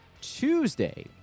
Tuesday